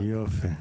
יופי.